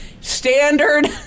standard